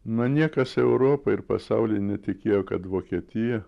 na niekas europoj ir pasauly netikėjo kad vokietija